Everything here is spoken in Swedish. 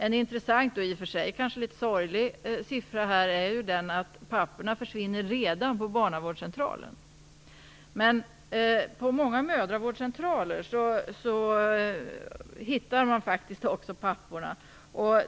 En intressant, och kanske i och för sig litet sorglig, siffra här är att papporna försvinner redan på barnavårdscentralen. Men på många mödravårdscentraler hittar man faktiskt också pappor.